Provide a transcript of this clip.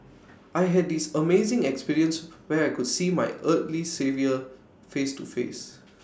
I had this amazing experience where I could see my earthly saviour face to face